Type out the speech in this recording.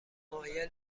مایل